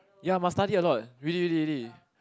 ya must study a lot really really really